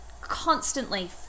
constantly